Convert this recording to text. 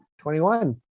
21